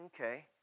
Okay